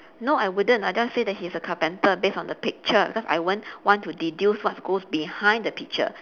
no I wouldn't I just say that he's a carpenter based on the picture cause I won't want to deduce what goes behind the picture